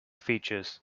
features